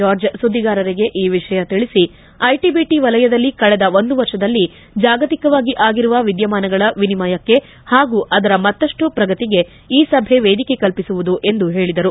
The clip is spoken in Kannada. ಜಾರ್ಜ್ ಸುದ್ದಿಗಾರರಿಗೆ ಈ ವಿಷಯ ತಿಳಿಸಿ ಐಟ ಬಿಟ ವಲಯದಲ್ಲಿ ಕಳೆದ ಒಂದು ವರ್ಷದಲ್ಲಿ ಜಾಗತಿಕವಾಗಿ ಆಗಿರುವ ವಿದ್ಯಮಾನಗಳ ವಿನಿಮಯಕ್ಕೆ ಹಾಗೂ ಅದರ ಮತ್ತಷ್ಟು ಪ್ರಗತಿಗೆ ಈ ಸಭೆ ವೇದಿಕೆ ಕಲ್ಪಿಸುವುದು ಎಂದು ಹೇಳಿದರು